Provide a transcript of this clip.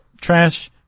trash